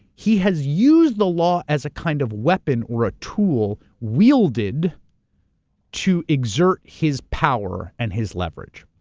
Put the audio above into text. he has used the law as kind of weapon or a tool wielded to exert his power and his leverage.